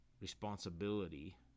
responsibility